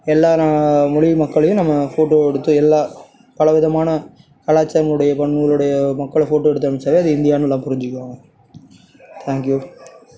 எல்லா மொழி மக்களையும் நம்ம ஃபோட்டோ எடுத்து எல்லா பலவிதமான கலாச்சாரங்களுடைய பண்புகளுடைய மக்களை ஃபோட்டோ எடுத்து அனுப்பிச்சாவே அது இந்தியான்னு எல்லாம் புரிஞ்சுக்குவாங்க தேங்க் யூ